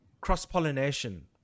cross-pollination